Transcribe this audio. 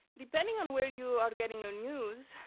depending on where you are getting your news,